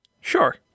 Sure